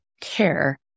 care